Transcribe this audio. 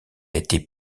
été